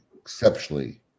exceptionally